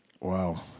Wow